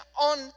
on